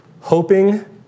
hoping